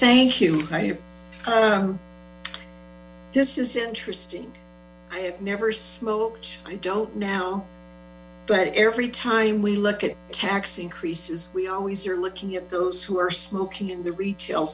thank you i this is interesting i have never smoked i don't now but every time we look at tax increases we always are looking at those who are smoking in the retail